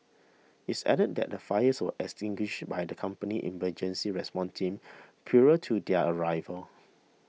is added that the fires was extinguished by the company's emergency response team purer to their arrival